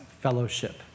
fellowship